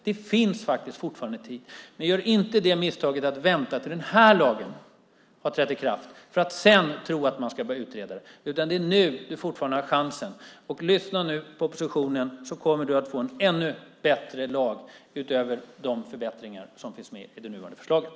Det finns faktiskt fortfarande tid. Gör inte misstaget att vänta tills den här lagen har trätt i kraft för att sedan tro att man ska börja utreda! Det är nu du fortfarande har chansen. Lyssna nu på oppositionen så kommer du att få en ännu bättre lag utöver de förbättringar som finns med i det nuvarande förslaget.